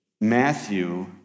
Matthew